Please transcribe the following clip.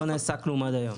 לא נעשה כלום עד היום.